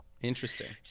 Interesting